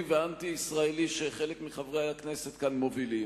ואנטי-ישראלי שחלק מחברי הכנסת כאן מובילים,